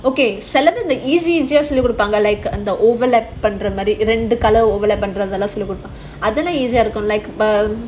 okay செலவு:selavu the easy easiest சொல்லி கொடுத்தாங்க:solli koduthanga like and the overlap பண்ற மாதிரி:pandra maadhiri and then the colour will overlap easier இருக்கும்:irukkum um